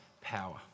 power